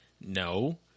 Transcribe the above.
No